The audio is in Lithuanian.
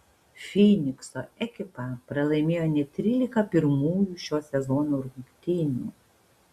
fynikso ekipa pralaimėjo net trylika pirmųjų šio sezono rungtynių